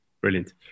Brilliant